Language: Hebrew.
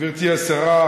גברתי השרה,